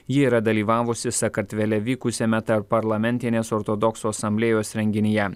ji yra dalyvavusi sakartvele vykusiame tarpparlamentinės ortodoksų asamblėjos renginyje